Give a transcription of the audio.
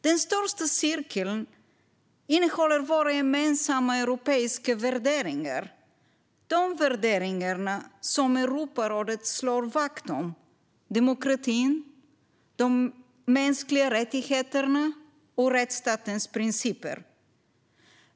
Den största cirkeln innehåller våra gemensamma europeiska värderingar, alltså de värderingar som Europarådet slår vakt om: demokratin, de mänskliga rättigheterna och rättsstatens principer.